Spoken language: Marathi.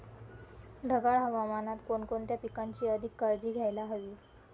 ढगाळ हवामानात कोणकोणत्या पिकांची अधिक काळजी घ्यायला हवी?